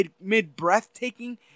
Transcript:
mid-breath-taking